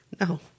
No